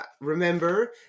remember